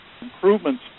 improvements